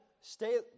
stay